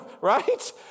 right